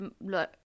look